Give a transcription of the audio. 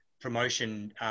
promotion